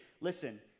Listen